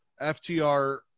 FTR